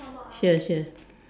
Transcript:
here here